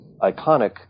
iconic